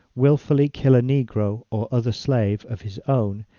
wilfully kill a negro, or other slave, of his own,